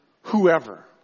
whoever